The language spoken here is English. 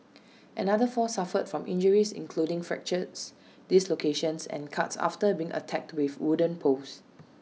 another four suffered from injuries including fractures dislocations and cuts after being attacked with wooden poles